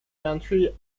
country